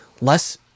less